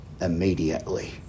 immediately